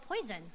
poison